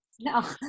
No